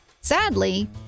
sadly